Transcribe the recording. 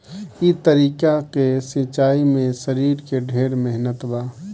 ई तरीका के सिंचाई में शरीर के ढेर मेहनत बा